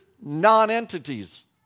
non-entities